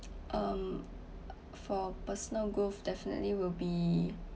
um for personal growth definitely will be